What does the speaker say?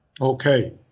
okay